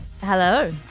Hello